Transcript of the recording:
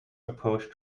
approach